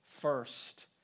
first